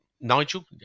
Nigel